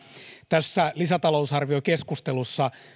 tässä lisätalousarviokeskustelussa